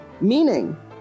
Meaning